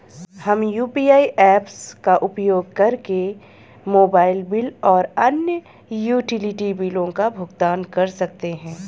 हम UPI apps का उपयोग करके मोबाइल बिल और अन्य यूटिलिटी बिलों का भुगतान कर सकते हैं